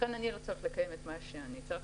לכן אני לא צריך לקיים את מה שאני צריך